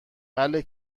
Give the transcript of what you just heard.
بله